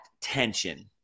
tension